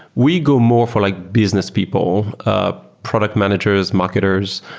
we go more for like business people, ah product managers, marketers,